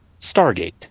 Stargate